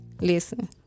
Listen